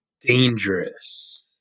dangerous